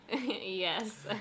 Yes